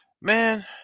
man